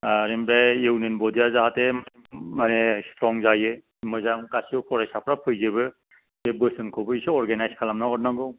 आनिफ्राय इउनिअन बडिया जाहाथे मानि स्ट्रं जायो मोजां गासिबो फरायसाफ्रा फैजोबो बे बोसोनखौबो एसे अर्गानाइस खालामनानै हरनांगौ